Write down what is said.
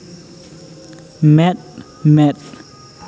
ᱢᱮᱫ ᱢᱮᱫ